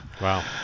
Wow